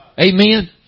Amen